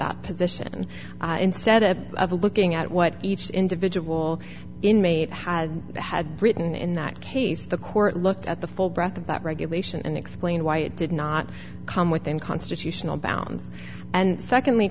that position instead of looking at what each individual inmate had had written in that case the court looked at the full breath of that regulation and explained why it did not come within constitutional bounds and secondly